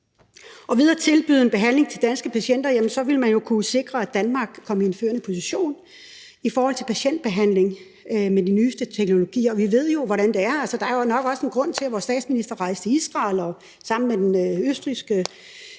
Ved at tilbyde en behandling til danske patienter ville man jo kunne sikre, at Danmark kom i en førende position i forhold til patientbehandling med de nyeste teknologier. Og vi ved jo, hvordan det er. Altså, der er jo nok også en grund til, at vores statsminister rejste til Israel sammen med den østrigske